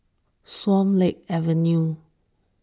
Swan Lake Avenue